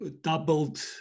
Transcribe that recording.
doubled